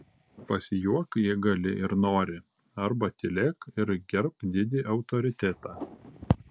pasijuok jei gali ir nori arba tylėk ir gerbk didį autoritetą